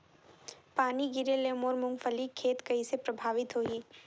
पानी गिरे ले मोर मुंगफली खेती कइसे प्रभावित होही?